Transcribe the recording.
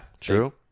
true